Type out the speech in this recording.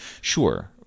Sure